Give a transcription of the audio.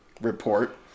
report